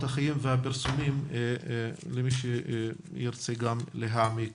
החיים והפרסומים למי שירצה גם להעמיק